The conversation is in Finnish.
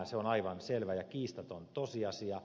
se on aivan selvä ja kiistaton tosiasia